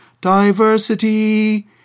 diversity